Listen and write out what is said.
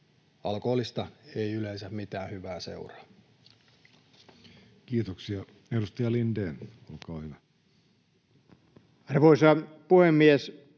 Alkoholista ei yleensä mitään hyvää seuraa. Kiitoksia. — Edustaja Lindén, olkaa hyvä. Arvoisa puhemies!